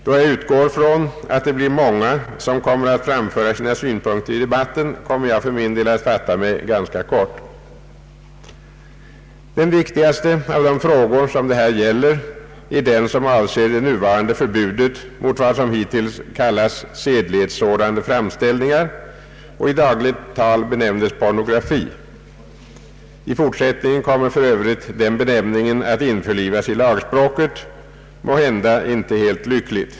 Då jag utgår från att det blir många som kommer att framföra sina synpunkter i debatten, kommer jag för min del att fatta mig ganska kort. Den viktigaste av de frågor som det här gäller är den som avser det nuvarande förbudet mot vad som hittills kallats sedlighetssårande framställning och i dagligt tal benämns pornografi. I fortsättningen kommer för övrigt den benämningen att införlivas i lagspråket, måhända inte helt lyckligt.